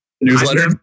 Newsletter